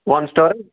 وَن star حظ